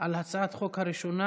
על הצעת החוק הראשונה,